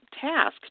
task